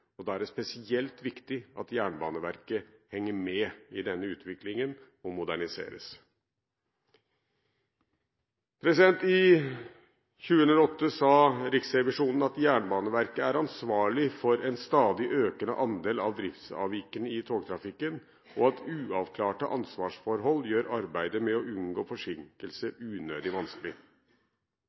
og fornyet jernbane i Norge, og da er det spesielt viktig at Jernbaneverket henger med i denne utviklingen, og moderniseres. I 2008 sa Riksrevisjonen at «Jernbaneverket er ansvarlig for en stadig økende andel av driftsavvikene i togtrafikken, og at uavklarte ansvarsforhold gjør arbeidet med å unngå forsinkelser unødig vanskelig.»